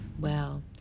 Well